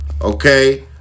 okay